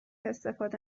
استفاده